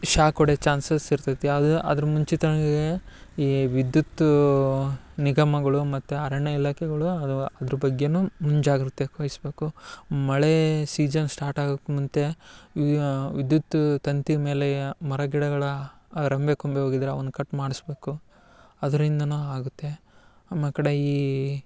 shock ಹೊಡೆಯೋ chances ಇರ್ತೈತಿ ಅದು ಅದ್ರ ಮುಂಚಿತ ಆಗಿ ಈ ವಿದ್ಯುತ್ತು ನಿಗಮಗಳು ಮತ್ತು ಅರಣ್ಯ ಇಲಾಖೆಗಳು ಅದ ಅದ್ರ ಬಗ್ಗೆಯೂ ಮುಂಜಾಗ್ರತೆ ವಹಿಸ್ಬೇಕು ಮಳೆ ಸೀಸನ್ ಸ್ಟಾರ್ಟ್ ಆಗಕ್ಕೆ ಮುಂಚೆ ಈ ವಿದ್ಯುತ್ತು ತಂತಿ ಮೇಲೆ ಮರ ಗಿಡಗಳ ಆ ರೆಂಬೆ ಕೊಂಬೆ ಹೋಗಿದ್ರೆ ಅವನ್ನು ಕಟ್ ಮಾಡಿಸ್ಬೇಕು ಅದ್ರಿಂದನೇ ಆಗುತ್ತೆ ಆಮೇಕಡೆ ಈ